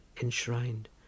enshrined